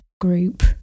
group